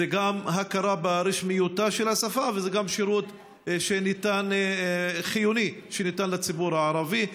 זו גם הכרה ברשמיותה של השפה וזה גם שירות חיוני שניתן לציבור הערבי.